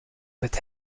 but